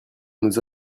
nous